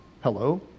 hello